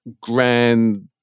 grand